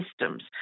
systems